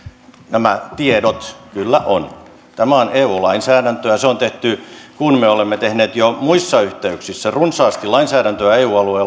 nämä tiedot kyllä on tämä on eu lainsäädäntöä se on tehty kun me olemme tehneet eu alueella jo muissa yhteyksissä runsaasti lainsäädäntöä